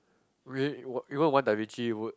re~ even one Da-Vinci would